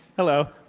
hello.